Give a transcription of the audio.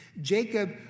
Jacob